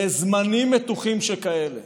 בזמנים מתוחים שכאלה